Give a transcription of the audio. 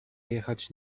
jechać